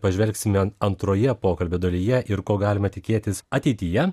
pažvelgsime antroje pokalbio dalyje ir ko galima tikėtis ateityje